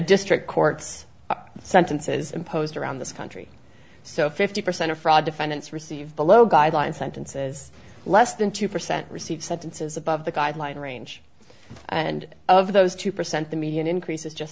district court's sentences imposed around this country so fifty percent of fraud defendants receive below guideline sentences less than two percent receive sentences above the guideline range and of those two percent the median increase is just